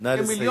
נא לסיים.